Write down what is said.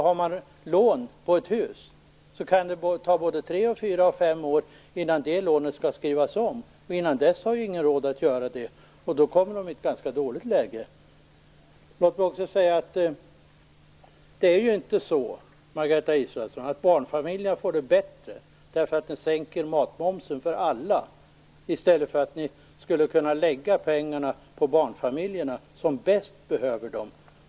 Har man lån på ett hus kan det ju dröja tre, fyra eller fem år innan lånet skall skrivas om. Fram till dess har ingen råd att göra det. Således hamnar man i ett ganska dåligt läge. Barnfamiljerna får det inte bättre därför att matmomsen sänks för alla i stället för att pengarna läggs på barnfamiljerna, som bäst behöver dem.